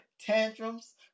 tantrums